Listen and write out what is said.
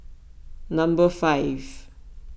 number five